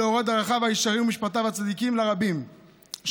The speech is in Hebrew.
ולהורות דרכיו הישרים ומשפטיו הצדיקים לרבים,